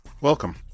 Welcome